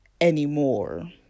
anymore